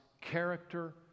character